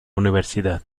universidad